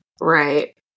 Right